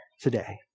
today